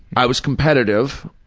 i was competitive,